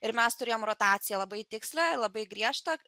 ir mes turėjom rotacija labai tiksliai labai griežtą